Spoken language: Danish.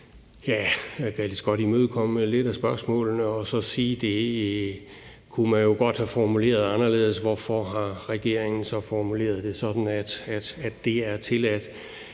lige så godt imødekomme lidt af spørgsmålene og så sige: Det kunne man jo godt have formuleret anderledes; hvorfor har regeringen så formuleret det sådan, at det er tilladt?